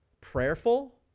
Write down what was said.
prayerful